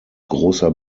grosser